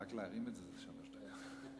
להפיל עליו עוד תיק, עוד ידרשו ממנו,